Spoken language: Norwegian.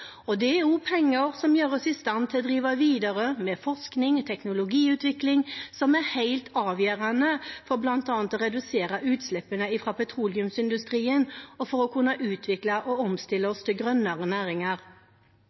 er også penger som gjør oss i stand til å drive videre med forskning og teknologiutvikling, som er helt avgjørende for bl.a. å redusere utslippene fra petroleumsindustrien og for å kunne utvikle og omstille oss til grønnere næringer.